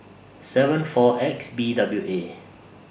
seven four X B W A